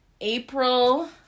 april